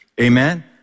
Amen